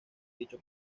dicho